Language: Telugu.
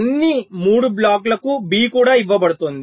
అన్ని 3 బ్లాక్లకు B కూడా ఇవ్వబడుతోంది